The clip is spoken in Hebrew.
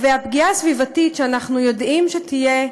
והפגיעה הסביבתית שאנחנו יודעים שתהיה,